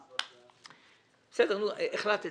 בסדר, החלטתי.